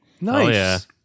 Nice